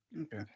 okay